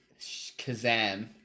Kazam